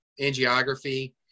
angiography